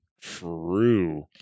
True